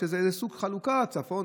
שזה סוג חלוקה של צפון,